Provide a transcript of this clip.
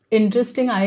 interesting